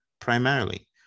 primarily